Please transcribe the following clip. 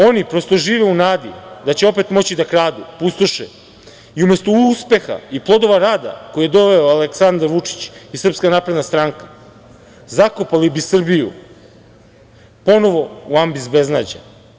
Oni, prosto, žive u nadi da će opet moći da kradu, pustoše i umesto uspeha i plodova rada do kojih je doveo Aleksandar Vučić i Srpska napredna stranka zakopali bi Srbiju ponovo u ambis beznađa.